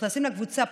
נכנסים לקבוצה,